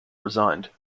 resigned